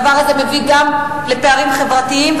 הדבר הזה מביא גם לפערים חברתיים.